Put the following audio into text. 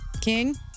King